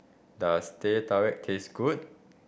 does Teh Tarik taste good